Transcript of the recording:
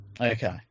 Okay